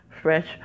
Fresh